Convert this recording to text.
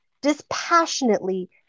dispassionately